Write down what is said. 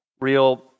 real